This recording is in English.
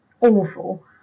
awful